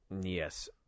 Yes